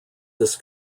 this